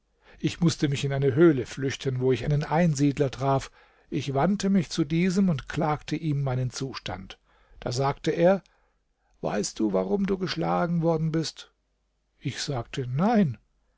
ich mußte mich in eine höhle flüchten wo ich einen einsiedler traf ich wandte mich zu diesem und klagte ihm meinen zustand da sagte er weißt du warum du geschlagen worden bist ich sagte nein